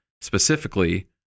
specifically